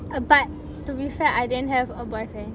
uh but to be fair I didn't have a boyfriend